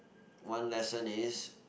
one lesson is